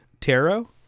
tarot